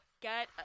get